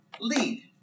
lead